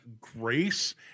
grace